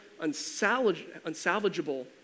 unsalvageable